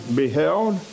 beheld